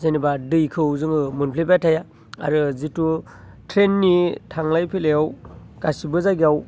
जेनेबा दैखौ जोङो मोनफ्लेबाय थाया आरो जितु ट्रैननि थांलाय फैलायाव गासैबो जायगायाव